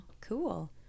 Cool